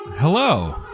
Hello